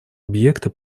объекты